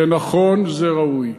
זה נכון וזה ראוי,